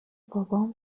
بابام